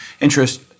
interest